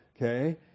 Okay